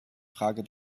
frage